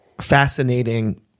fascinating